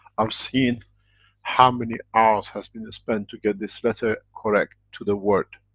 i've seen how many hours has been spent to get this letter correct to the word.